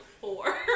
four